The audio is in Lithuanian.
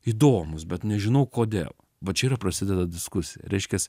įdomus bet nežinau kodėl va čia ir prasideda diskusija reiškias